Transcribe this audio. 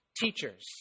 teachers